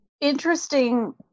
interesting